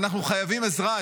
אנחנו חייבים עזרה'.